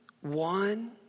one